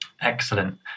Excellent